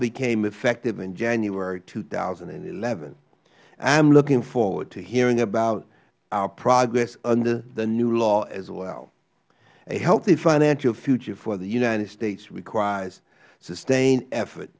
became effective in january two thousand and eleven i am looking forward to hearing about our progress under the new law as well a healthy financial future for the united states requires sustained effort